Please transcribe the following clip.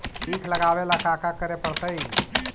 ईख लगावे ला का का करे पड़तैई?